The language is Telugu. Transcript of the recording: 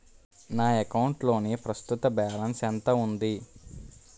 నా అకౌంట్ లోని ప్రస్తుతం బాలన్స్ ఎంత ఉంది?